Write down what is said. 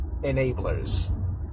enablers